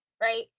right